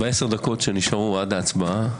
בעשר הדקות שנשארו עד ההצבעה,